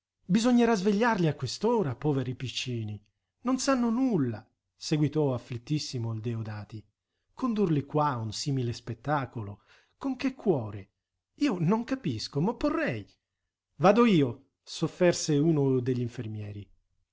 bisognerà svegliarli a quest'ora poveri piccini non sanno nulla seguitò afflittissimo il deodati condurli qua a un simile spettacolo con che cuore io non capisco m'opporrei vado io s'offerse uno degli infermieri